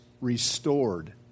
restored